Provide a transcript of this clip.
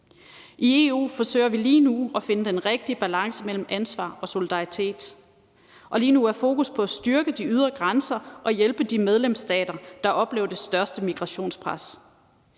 I EU forsøger vi lige nu at finde den rigtige balance mellem ansvar og solidaritet, og lige nu er fokus på at styrke de ydre grænser og hjælpe de medlemsstater, der oplever det største migrationspres.